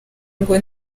ngo